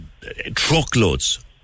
truckloads